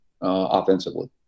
offensively